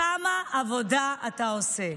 כמה עבודה אתה עושה,